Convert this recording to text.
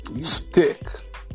stick